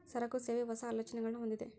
ಸರಕು, ಸೇವೆ, ಹೊಸ, ಆಲೋಚನೆಗುಳ್ನ ಹೊಂದಿದ